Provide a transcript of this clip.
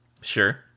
Sure